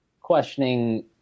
questioning